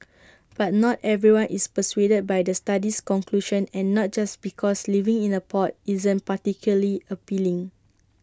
but not everyone is persuaded by the study's conclusion and not just because living in A pod isn't particularly appealing